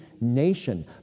nation